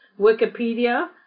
Wikipedia